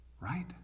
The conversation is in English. right